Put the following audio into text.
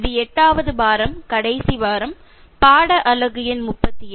இது எட்டாவது வாரம் கடைசி வாரம் பாட அலகு எண் 37